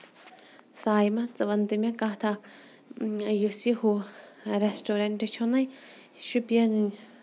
سایمہ ژٕ وَن تہٕ مےٚ کَتھ اکھ یُس یہِ ہُہ ریسٹورنٹ چھُ نہ شُوپین